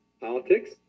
politics